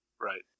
Right